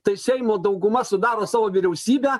tai seimo dauguma sudaro savo vyriausybę